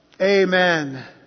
Amen